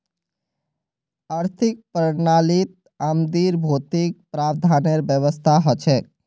आर्थिक प्रणालीत आदमीर भौतिक प्रावधानेर व्यवस्था हछेक